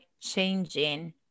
changing